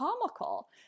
comical